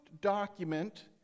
document